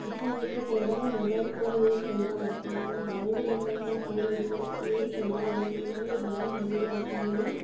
असां जेको पहिरियां मोबाइल फ़ोन यूज़ कंदा हुआसी ऐं हाणे जो जेको असां फ़ोन यूज़ कंदा आहियूं हुन में जामु ज़मीन आसमान जो